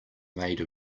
made